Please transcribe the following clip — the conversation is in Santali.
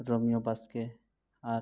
ᱨᱳᱢᱤᱭᱳ ᱵᱟᱥᱠᱮ ᱟᱨ